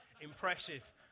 impressive